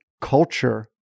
culture